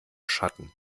schatten